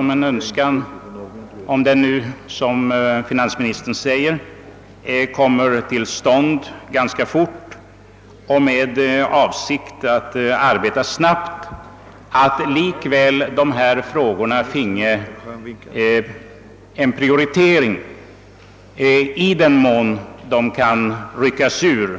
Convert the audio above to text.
även om dess arbete, enligt vad finansministern nu anfört, skall bedrivas snabbt, vill jag uttala det önskemålet, att de nu aktuella propåerna finge en prioritering i den mån de kan ryckas ut